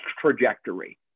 trajectory